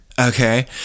okay